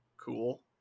cool